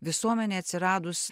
visuomenėj atsiradus